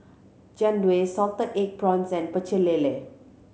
Jian Dui salted egg prawns and Pecel Lele